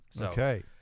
Okay